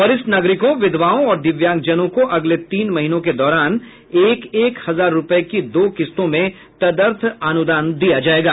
वरिष्ठ नागरिकों विधवाओं और दिव्यांगजनों को अगले तीन महीनों के दौरान एक एक हजार रूपये की दो किस्तों में तदर्थ अनुदान दिया जाएगा